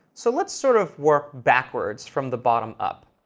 so let's sort of work backwards from the bottom up.